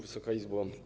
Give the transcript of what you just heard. Wysoka Izbo!